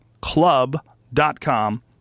club.com